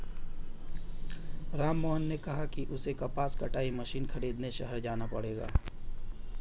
राममोहन ने कहा कि उसे कपास कटाई मशीन खरीदने शहर जाना पड़ेगा